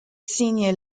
senior